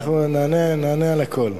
לא חשוב, אנחנו נענה על הכול.